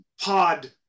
pod